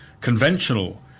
conventional